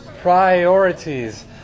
Priorities